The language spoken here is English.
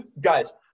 Guys